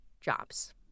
jobs